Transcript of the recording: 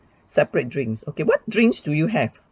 separate drinks okay what drinks do you have